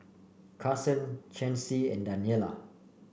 Carson Chancy and Daniela